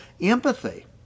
empathy